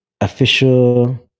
Official